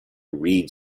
read